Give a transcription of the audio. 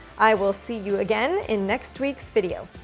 i will see you, again, in next week's video.